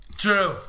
True